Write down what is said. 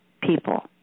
people